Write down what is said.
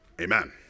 Amen